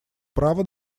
право